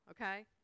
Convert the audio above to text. okay